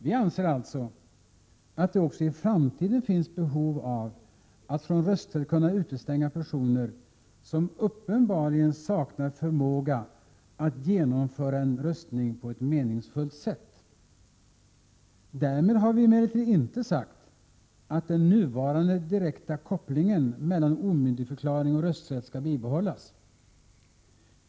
Vi anser alltså att det också i framtiden finns behov av att från rösträtt kunna utestänga personer som uppenbarligen saknar förmåga att genomföra en röstning på ett meningsfullt sätt. Därmed har vi emellertid inte sagt att den nuvarande direkta kopplingen mellan omyndigförklaring och rösträtt skall bibehållas.